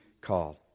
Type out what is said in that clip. called